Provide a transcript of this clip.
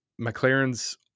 McLaren's